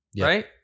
Right